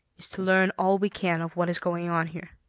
is to learn all we can of what is going on here.